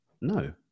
No